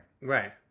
Right